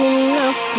enough